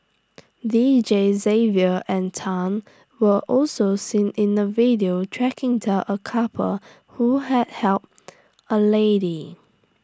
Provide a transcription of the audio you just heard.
Deejays Xavier and Tan were also seen in A video tracking down A couple who had helped A lady